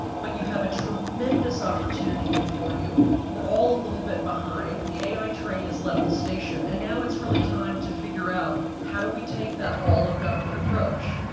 but you have a tremendous opportunity. before you were all a little bit behind. the ai train has left the station, and now it's really time to figure out how do we take that all-of-government approach?